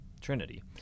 trinity